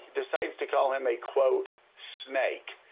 decides to call him a, quote, snake.